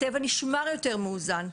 הטבע נשמר יותר מאוזן.